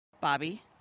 bobby